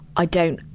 i don't,